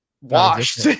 washed